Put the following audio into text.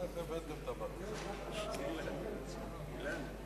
(חבר הכנסת מיכאל בן-ארי יוצא מאולם המליאה.)